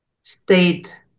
state